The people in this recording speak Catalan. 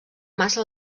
massa